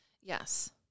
Yes